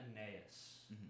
Aeneas